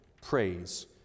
Praise